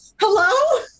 Hello